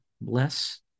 bless